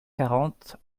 quarante